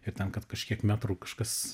ir ten kad kažkiek metrų kažkas